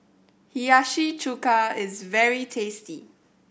Hiyashi Chuka is very tasty